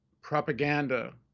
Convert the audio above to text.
propaganda